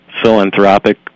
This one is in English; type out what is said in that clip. philanthropic